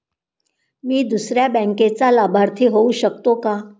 मी दुसऱ्या बँकेचा लाभार्थी होऊ शकतो का?